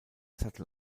sattel